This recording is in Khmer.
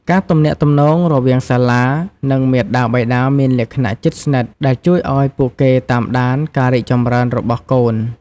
ការទំនាក់ទំនងរវាងសាលា និងមាតាបិតាមានលក្ខណៈជិតស្និទ្ធ ដែលជួយឱ្យពួកគេតាមដានការរីកចម្រើនរបស់កូន។